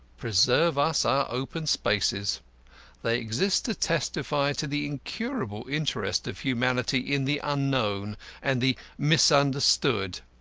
preserve us our open spaces they exist to testify to the incurable interest of humanity in the unknown and the misunderstood.